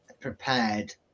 prepared